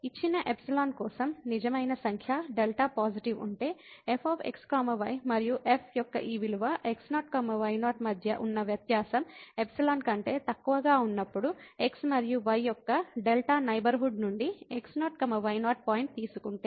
ఇచ్చిన ఎప్సిలాన్ కోసం నిజమైన సంఖ్య డెల్టా పాజిటివ్ ఉంటే f xy మరియు f యొక్క ఈ విలువ x0 y0 మధ్య ఉన్న వ్యత్యాసం ఎప్సిలాన్ కంటే తక్కువగా ఉన్నప్పుడు x మరియు y యొక్క డెల్టా నైబర్హుడ్ నుండి x0 y0 పాయింట్ తీసుకుంటే